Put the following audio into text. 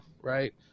right